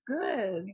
good